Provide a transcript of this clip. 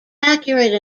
accurate